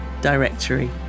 directory